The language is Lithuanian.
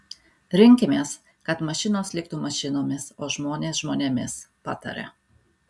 rinkimės kad mašinos liktų mašinomis o žmonės žmonėmis pataria